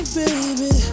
baby